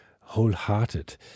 wholehearted